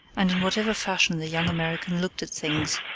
and in whatever fashion the young american looked at things,